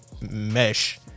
mesh